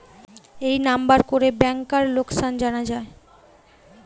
এই নাম্বার করে ব্যাংকার লোকাসান জানা যায়